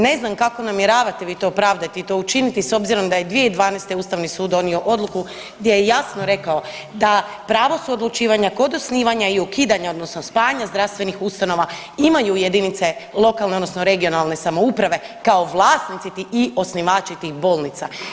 Ne znam kako namjeravate vi to opravdati i to učiniti s obzirom da je 2012. ustavni sud donio odluku gdje je jasno rekao da pravo suodlučivanja kod osnivanja i ukidanja odnosno spajanja zdravstvenih ustanova imaju jedinice lokalne odnosno regionalne samouprave kao vlasnici i osnivači tih bolnica.